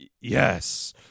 Yes